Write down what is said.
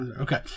okay